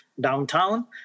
downtown